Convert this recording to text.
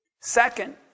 Second